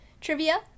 trivia